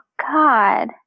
God